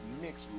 mix